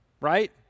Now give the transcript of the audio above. right